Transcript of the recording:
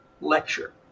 lecture